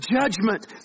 judgment